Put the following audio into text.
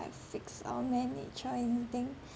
fix or manage or anything